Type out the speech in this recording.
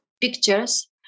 pictures